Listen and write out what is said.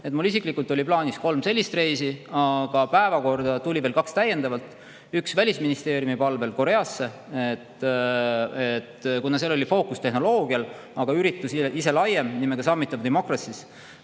Mul isiklikult oli plaanis kolm sellist reisi, aga päevakorda tuli täiendavalt veel kaks. Üks oli Välisministeeriumi palvel Koreasse, kuna seal oli fookus tehnoloogial. Üritus ise oli laiem, nimega Summit for Democracy,